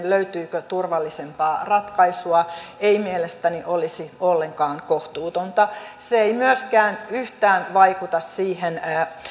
löytyykö turvallisempaa ratkaisua ei mielestäni olisi ollenkaan kohtuutonta se ei myöskään yhtään vaikuta siihen